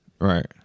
Right